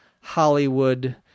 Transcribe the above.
Hollywood